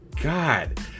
God